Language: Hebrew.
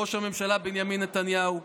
ראש הממשלה בנימין נתניהו,